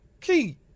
Key